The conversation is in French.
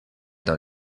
dans